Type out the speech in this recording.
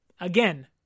Again